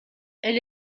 elle